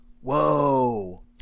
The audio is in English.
Whoa